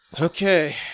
Okay